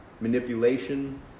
manipulation